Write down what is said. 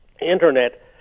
internet